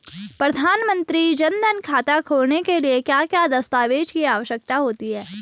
प्रधानमंत्री जन धन खाता खोलने के लिए क्या क्या दस्तावेज़ की आवश्यकता होती है?